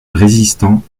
résistant